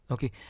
Okay